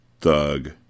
thug